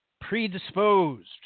Predisposed